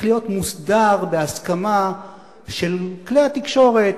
להיות מוסדר בהסכמה של כלי התקשורת,